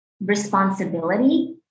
responsibility